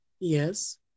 Yes